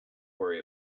worry